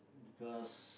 first